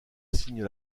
signe